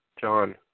John